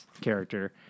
character